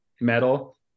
metal